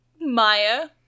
Maya